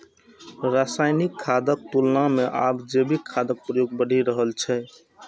रासायनिक खादक तुलना मे आब जैविक खादक प्रयोग बढ़ि रहल छै